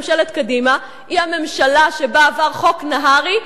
ממשלת קדימה היא הממשלה שבה עבר חוק נהרי,